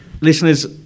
Listeners